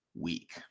Week